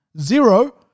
zero